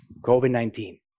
COVID-19